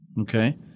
Okay